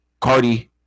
Cardi